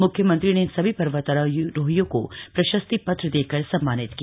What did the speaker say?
मुख्यमंत्री ने इन सभी पर्वतारोहियों को प्रशस्ति पत्र देकर सम्मानित किया